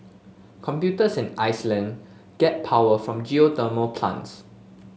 computers in Iceland get power from geothermal plants